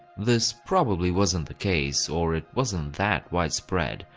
this probably wasn't the case, or it wasn't that widespread.